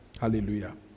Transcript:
Hallelujah